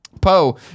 Poe